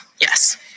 Yes